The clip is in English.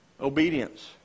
obedience